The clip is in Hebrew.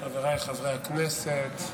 חבריי חברי הכנסת,